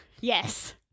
Yes